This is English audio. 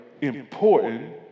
important